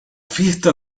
fiesta